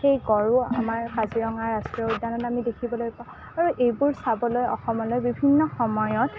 সেই গঁড়ো আমাৰ কাজিৰঙা ৰাষ্ট্ৰীয় উদ্যানত আমি দেখিবলৈ পাওঁ আৰু এইবোৰ চাবলৈ অসমলৈ বিভিন্ন সময়ত